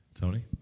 Tony